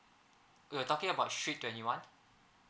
you're talking about street twenty one